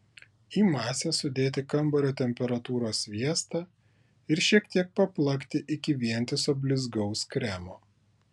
į masę sudėti kambario temperatūros sviestą ir šiek tiek paplakti iki vientiso blizgaus kremo